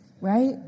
right